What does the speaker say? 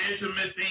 intimacy